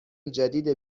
جدید